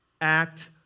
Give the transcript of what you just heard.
act